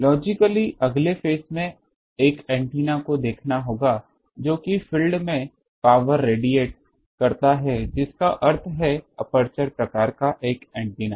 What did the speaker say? logically अगले phase में एक एंटीना को देखना होगा जो कि फील्ड में पावर रेडिअट्स करता है जिसका अर्थ है एपर्चर प्रकार का एक एंटीना